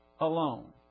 alone